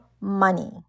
money